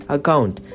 Account